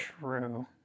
True